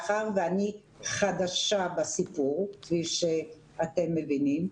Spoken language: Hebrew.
מאחר ואני חדשה בסיפור כפי שאתם מבינים,